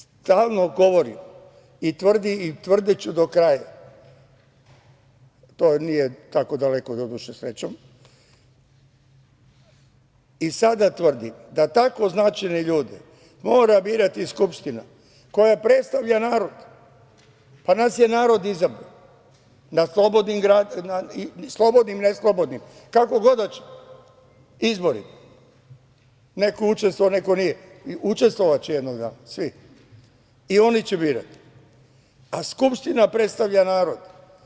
Stalno govorim i tvrdiću do kraja, to nije tako daleko doduše srećom, i sada tvrdim da tako značajne ljude mora birati Skupština koja predstavlja narod, pa nas je narod izabrao na slobodnim i ne slobodnim, kako god hoćemo, izborima, neko učestvovao neko nije i učestvovaće jednog dana svi i oni će birati, a Skupština predstavlja narod.